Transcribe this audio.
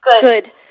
Good